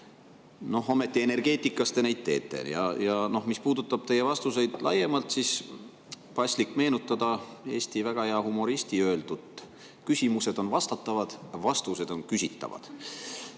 Ometi, energeetikas te neid teete. Ja mis puudutab teie vastuseid laiemalt, siis on paslik meenutada eesti väga hea humoristi öeldut: "Küsimused on vastatavad, vastused on küsitavad."Teine